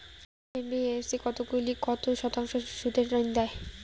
NBFC কতগুলি কত শতাংশ সুদে ঋন দেয়?